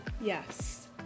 Yes